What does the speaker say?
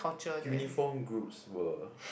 uniform groups were